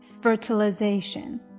fertilization